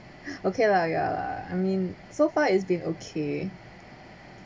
okay lah ya lah I mean so far it's been okay